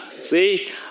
see